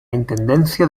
intendencia